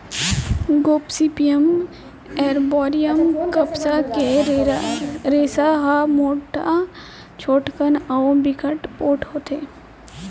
Gossypium arboreum कपसा के रेसा ह मोठ, छोटकन अउ बिकट पोठ होथे